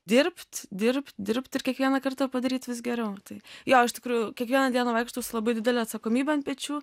dirbt dirbt dirbt ir kiekvieną kartą padaryt vis geriau tai jo iš tikrųjų kiekvieną dieną vaikštau su labai didele atsakomybe ant pečių